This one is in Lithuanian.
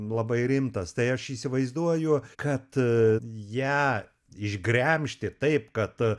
labai rimtas tai aš įsivaizduoju kad ją išgremžti taip kad